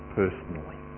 personally